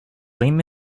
lima